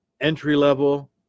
entry-level